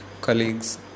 colleagues